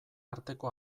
arteko